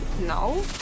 No